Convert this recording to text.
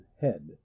head